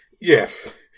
Yes